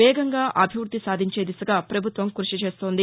వేగంగా అభివృద్ది సాధించే దిశగా పభుత్వం కృషి చేస్తోంది